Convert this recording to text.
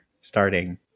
starting